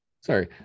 sorry